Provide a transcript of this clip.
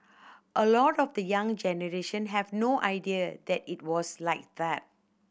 a lot of the young generation have no idea that it was like that